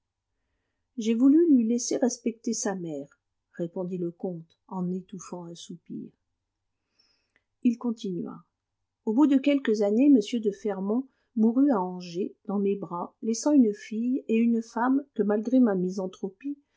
j'ai voulu lui laisser respecter sa mère répondit le comte en étouffant un soupir il continua au bout de quelques années m de fermont mourut à angers dans mes bras laissant une fille et une femme que malgré ma misanthropie